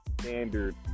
standard